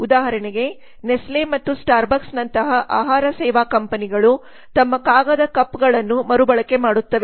ಉದಾಹರಣೆಗೆ ನೆಸ್ಲೆ ಮತ್ತು ಸ್ಟಾರ್ಬಕ್ಸ್ ನಂತಹ ಆಹಾರ ಸೇವಾ ಕಂಪನಿಗಳು ತಮ್ಮ ಕಾಗದದ ಕಪ್ ಗಳನ್ನು ಮರುಬಳಕೆ ಮಾಡುತ್ತವೆ